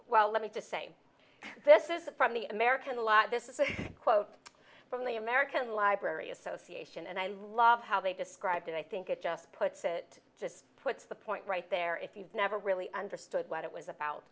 well let me just say this is from the american lot this is a quote from the american library association and i love how they described and i think it just puts it just puts the point right there if you never really understood what it was about